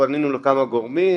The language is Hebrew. פנינו לכמה גורמים,